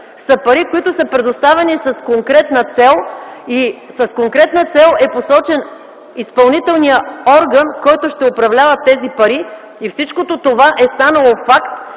са пари, които са предоставени с конкретна цел, и с конкретна цел е посочен изпълнителният орган, който ще управлява тези пари. Всичкото това е станало факт